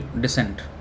descent